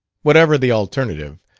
whatever the alternative,